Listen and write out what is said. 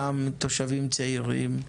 גם תושבים צעירים,